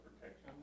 protection